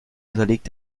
unterliegt